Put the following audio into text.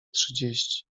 trzydzieści